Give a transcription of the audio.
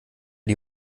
die